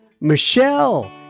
Michelle